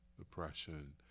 oppression